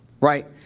right